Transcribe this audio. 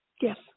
Yes